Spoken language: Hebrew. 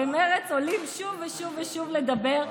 במרצ עולים שוב ושוב ושוב לדבר,